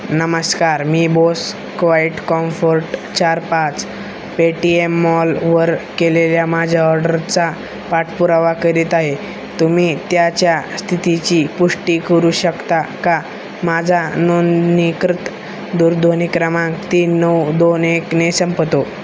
नमस्कार मी Bose quiet comfort चार पाच पेटीएम मॉलवर केलेल्या माझ्या ऑर्डरचा पाठपुरावा करीत आहे तुम्ही त्याच्या स्थितीची पुष्टी करू शकता का माझा नोंदणीकृत दूरध्वनी क्रमांक तीन नऊ दोन एकने संपतो